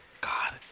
God